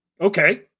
okay